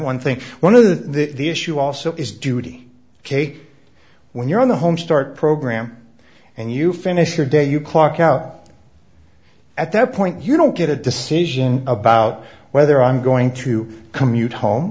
one thing one of the the issue also is judy ok when you're on the home start program and you finish your day you clock out at that point you don't get a decision about whether i'm going to commute home